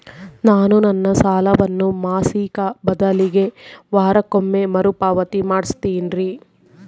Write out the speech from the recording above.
ನಾನು ನನ್ನ ಸಾಲವನ್ನು ಮಾಸಿಕ ಬದಲಿಗೆ ವಾರಕ್ಕೊಮ್ಮೆ ಮರುಪಾವತಿ ಮಾಡ್ತಿನ್ರಿ